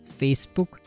Facebook